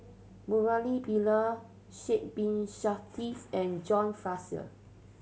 Murali Pillai Sidek Bin and John Fraser